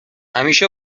همیشه